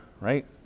right